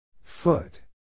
Foot